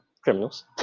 criminals